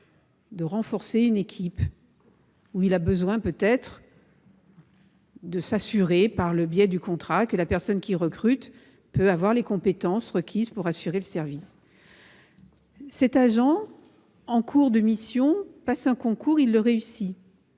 de renforcer une équipe ou de s'assurer, par le biais du contrat, que la personne qu'il recrute dispose des compétences requises pour assurer le service. Cet agent, en cours de mission, passe un concours et le réussit.